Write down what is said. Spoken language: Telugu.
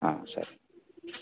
సరే